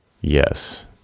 Yes